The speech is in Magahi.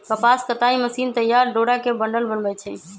कपास कताई मशीन तइयार डोरा के बंडल बनबै छइ